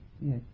Yes